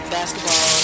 basketball